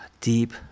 Deep